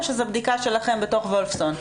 או שזו בדיקה שלכם בתוך וולפסון?